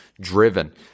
driven